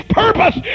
purpose